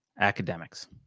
Academics